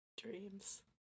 Dreams